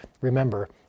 remember